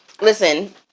Listen